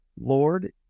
Lord